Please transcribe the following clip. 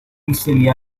missili